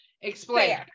Explain